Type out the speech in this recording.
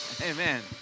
Amen